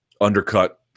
undercut